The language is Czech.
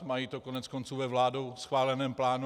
Mají to koneckonců ve vládou schváleném plánu.